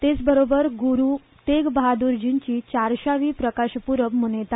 तेचबरोबर गुरू तेग बहादूर जींची चारशांवी प्रकाश पुरब मनयता